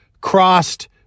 crossed